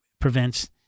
prevents